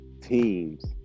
teams